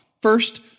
First